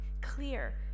Clear